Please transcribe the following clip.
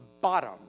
bottom